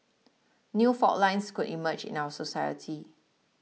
new fault lines could emerge in our society